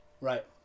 Right